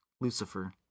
lucifer